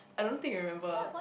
I don't think you remember